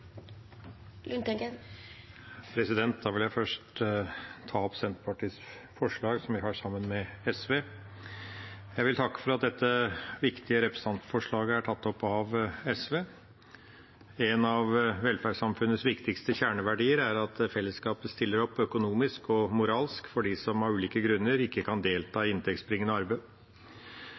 vil jeg først ta opp Senterpartiets forslag, som vi har sammen med SV. Jeg vil takke for at dette viktige representantforslaget er tatt opp av SV. En av velferdssamfunnets viktigste kjerneverdier er at fellesskapet stiller opp økonomisk og moralsk for dem som av ulike grunner ikke kan delta i inntektsbringende